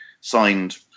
signed